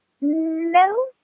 No